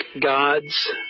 God's